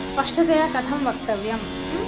स्पष्टतया कथं वक्तव्यम्